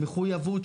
מחויבות,